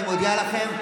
אני מודיע לכם,